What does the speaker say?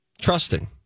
trusting